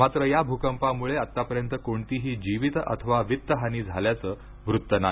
मात्र या भूकंपामुळं आतापर्यंत कोणतीही जीवित अथवा वित्त हानी झाल्याचं वृत्त नाही